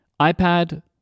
ipad